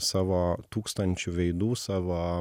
savo tūkstančiu veidų savo